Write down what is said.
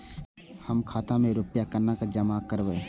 हम खाता में रूपया केना जमा करबे?